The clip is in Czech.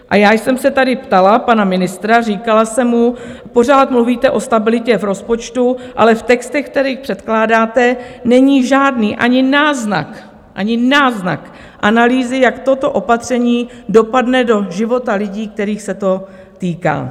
A já jsem se tady ptala pana ministra, říkala jsem mu: pořád mluvíte o stabilitě v rozpočtu, ale v textech, které předkládáte, není žádný ani náznak, ani náznak analýzy, jak toto opatření dopadne do života lidí, kterých se to týká.